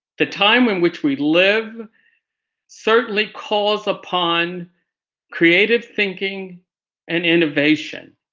the time in which we live certainly calls upon creative thinking and innovation,